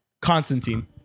Constantine